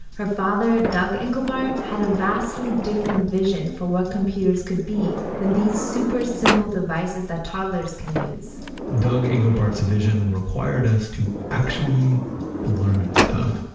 her father, doug engelbart had a vastly different vision for what computers could be than these super-simple devices that toddlers can use doug engelbart's vision required us to actually learn stuff